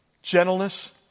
Gentleness